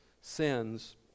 sins